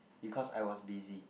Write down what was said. because I was busy